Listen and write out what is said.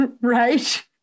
right